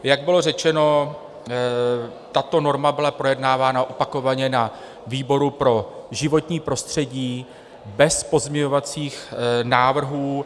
Jak bylo řečeno, tato norma byla projednávána opakovaně na výboru pro životní prostředí bez pozměňovacích návrhů.